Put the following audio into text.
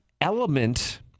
element